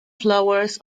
flowers